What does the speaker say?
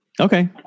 Okay